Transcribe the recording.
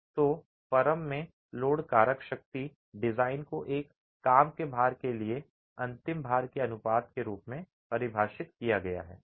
तो परम में लोड कारक शक्ति डिजाइन को एक काम के भार के लिए अंतिम भार के अनुपात के रूप में परिभाषित किया जा सकता है